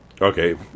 Okay